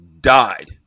died